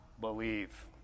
believe